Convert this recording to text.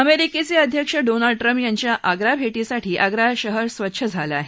अमेरिकेचे अध्यक्ष Donald Trump यांच्या आग्रा भेटीसाठी आग्रा शहर स्वच्छ झालं आहे